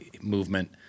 movement